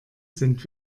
sind